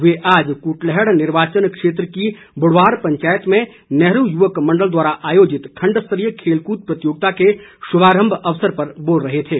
वे आज कुटलैहड निर्वाचन क्षेत्र की बुढवार पंचायत में नेहरू युवक मंडल द्वारा आयोजित खंड स्तरीय खेल कूद प्रतियोगिता के शुभारंभ अवसर पर बोल रहे थे